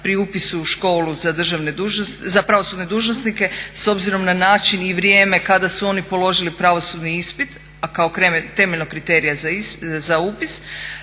pri upisu u školu za pravosudne dužnosnike s obzirom na način i vrijeme kada su oni položili pravosudni ispit, a kao temeljnog kriterija za upis.